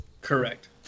Correct